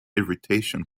irritation